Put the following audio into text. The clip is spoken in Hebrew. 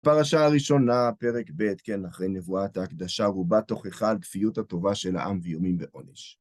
פרשה ראשונה, פרק ב', כן, אחרי נבואת ההקדשה, רובה תוכחה על כפיות הטובה של העם ואיומים בעונש.